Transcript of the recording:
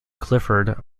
clifford